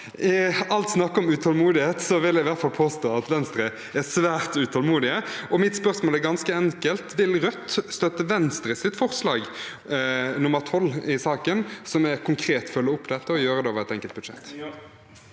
I alt snakket om utålmodighet vil i hvert fall jeg påstå at Venstre er svært utålmodig. Mitt spørsmål er ganske enkelt. Vil Rødt støtte Venstres forslag nr. 12 i saken, som er å følge opp dette konkret og gjøre det over et enkelt budsjett?